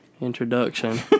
Introduction